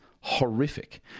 horrific